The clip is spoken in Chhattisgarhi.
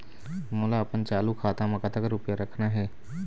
मोला अपन चालू खाता म कतक रूपया रखना हे?